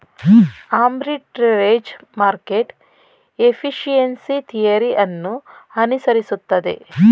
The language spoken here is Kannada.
ಆರ್ಬಿಟ್ರೆರೇಜ್ ಮಾರ್ಕೆಟ್ ಎಫಿಷಿಯೆನ್ಸಿ ಥಿಯರಿ ಅನ್ನು ಅನುಸರಿಸುತ್ತದೆ